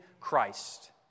Christ